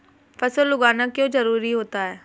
फसल उगाना क्यों जरूरी होता है?